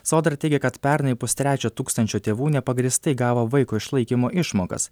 sodra teigia kad pernai pustrečio tūkstančio tėvų nepagrįstai gavo vaiko išlaikymo išmokas